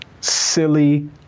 silly